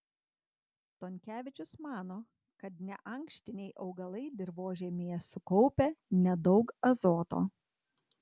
tonkevičius mano kad neankštiniai augalai dirvožemyje sukaupia nedaug azoto